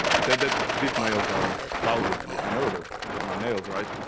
said that these nails are lousy yeah i know that these are my nails right